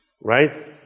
right